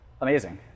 Amazing